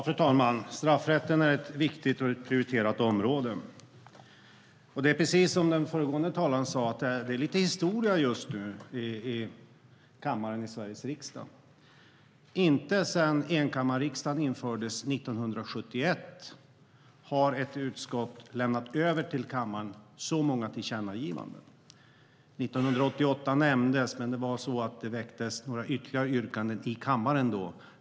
Fru talman! Straffrätten är ett viktigt och prioriterat område. Det är precis som den föregående talaren sa. Det är lite historiskt just nu i kammaren i Sveriges riksdag. Inte sedan enkammarriksdagen infördes 1971 har ett utskott lämnat över så många tillkännagivanden till kammaren. År 1988 nämndes. Men då gjordes några ytterligare yrkanden i kammaren.